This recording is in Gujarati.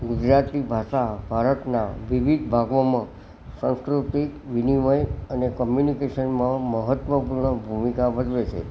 ગુજરાતી ભાષા ભારતના વિવિધ ભાગોમાં સંસ્કૃતિક વિનિમય અને કમ્યુનિકેશનમાં મહત્વપૂર્ણ ભૂમિકા ભજવે છે